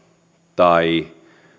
tai